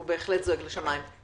הוא בהחלט זועק לשמים.